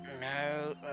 No